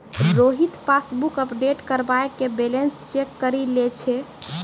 Rohit passbook update करबाय के balance check करि लै छै